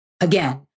Again